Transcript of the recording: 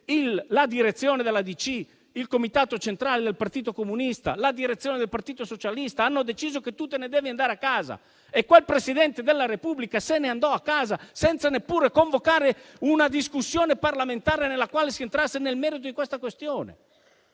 la direzione della DC, il comitato centrale del Partito Comunista e la direzione del Partito Socialista avevano deciso che se ne doveva andare a casa? E quel Presidente della Repubblica se ne andò a casa senza neppure convocare una discussione parlamentare nella quale si entrasse nel merito della questione.